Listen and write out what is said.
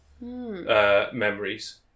Memories